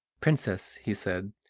princess, he said,